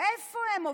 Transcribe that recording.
איפה הם עובדים?